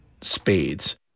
Spades